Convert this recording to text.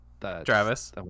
travis